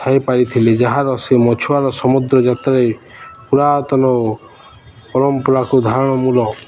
ଥାଇପାରିଥିଲେ ଯାହାର ସେ ମଛୁଆର ସମୁଦ୍ର ଯାତ୍ରାରେ ପୁରାତନ ପରମ୍ପରାକୁ ଧାରଣ ମୂଳ